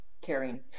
caring